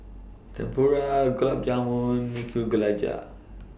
Tempura Gulab Jamun